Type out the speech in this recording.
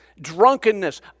drunkenness